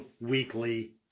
weekly